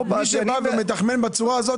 מי שמתחמן בצורה הזאת